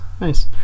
nice